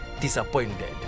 disappointed